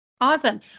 Awesome